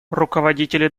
руководители